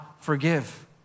forgive